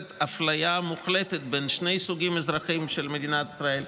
אפליה מוחלטת בין שני סוגי אזרחים של מדינת ישראל: